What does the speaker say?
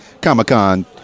comic-con